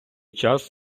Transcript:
час